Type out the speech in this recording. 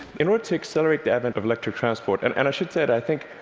in order to accelerate the advent of electric transport, and and i should say that i think,